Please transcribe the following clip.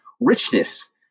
richness